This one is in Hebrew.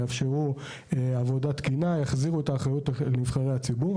ויאפשרו עבודה תקינה באחריותם של נבחרי הציבור.